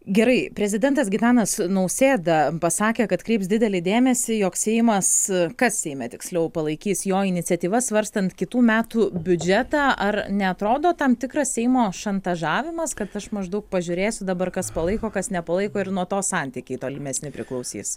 gerai prezidentas gitanas nausėda pasakė kad kreips didelį dėmesį jog seimas kad seime tiksliau palaikys jo iniciatyvas svarstant kitų metų biudžetą ar neatrodo tam tikras seimo šantažavimas kad aš maždaug pažiūrėsiu dabar kas palaiko kas nepalaiko ir nuo to santykiai tolimesni priklausys